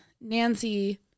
Nancy